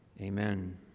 Amen